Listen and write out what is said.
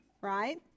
right